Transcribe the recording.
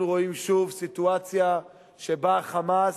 אנחנו רואים שוב סיטואציה שבה ה"חמאס"